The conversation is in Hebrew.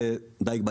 כי דייג זה דייג בים,